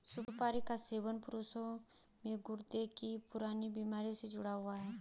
सुपारी का सेवन पुरुषों में गुर्दे की पुरानी बीमारी से भी जुड़ा हुआ है